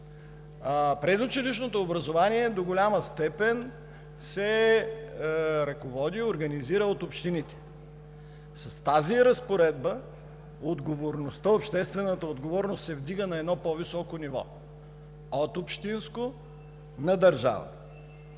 предучилищното образование до голяма степен се ръководи и организира от общините. С тази разпоредба обществената отговорност се вдига на едно по-високо ниво – от общинско на държавно.